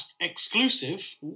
exclusive